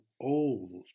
old